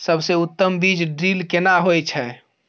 सबसे उत्तम बीज ड्रिल केना होए छै?